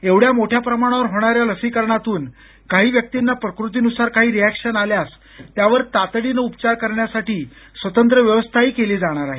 एवढ्या मोठ्या प्रमाणावर होणाऱ्या लसीकरणातून काही व्यक्तींना प्रकृतीन्सार काही रिऍक्शन आल्यास त्यावर तातडीनं उपचार करण्यासाठी स्वतंत्र व्यवस्थाही केली जाणार आहे